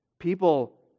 People